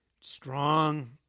Strong